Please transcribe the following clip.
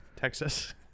texas